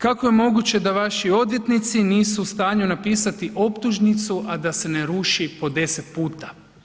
Kako je moguće da vaši odvjetnici nisu u stanju napisati optužnicu, a da se ne ruši po 10 puta?